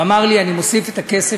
הוא אמר לי: אני מוסיף את הכסף,